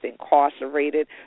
incarcerated